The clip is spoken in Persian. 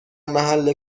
محل